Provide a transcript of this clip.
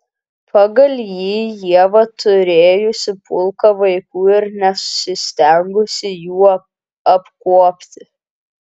pagal jį ieva turėjusi pulką vaikų ir neįstengusi jų apkuopti